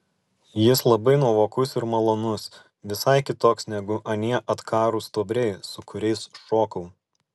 jis labai nuovokus ir malonus visai kitoks negu anie atkarūs stuobriai su kuriais šokau